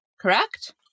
Correct